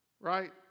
right